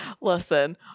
Listen